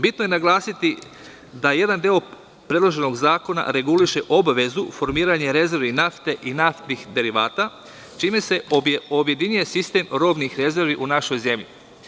Bitno je naglasiti da jedan deo predloženog zakona reguliše obavezu formiranja rezervi nafte i naftnih derivata, čime se objedinjuje sistem robnih rezervi u našoj zemlji.